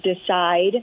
decide